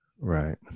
right